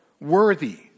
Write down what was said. worthy